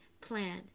plan